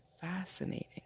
fascinating